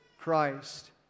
Christ